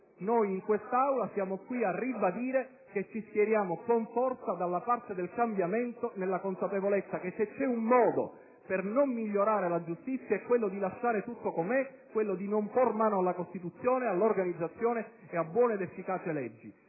Noi in quest'Aula siamo qui a ribadire che ci schieriamo con forza dalla parte del cambiamento, nella consapevolezza che se c'è un modo per non migliorare la giustizia è quello di lasciare tutto com'è, quello di non porre mano alla Costituzione, all'organizzazione e a buone ed efficaci leggi.